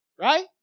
right